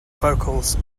vocals